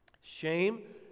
Shame